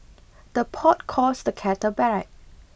the pot calls the kettle black